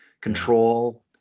control